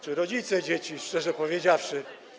czy rodzice dzieci, szczerze powiedziawszy.